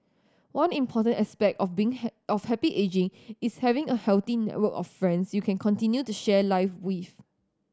one important aspect of being of happy ageing is having a healthy of friends you can continue to share life with